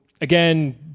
again